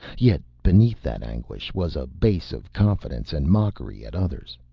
yet beneath that anguish was a base of confidence and mockery at others.